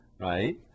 right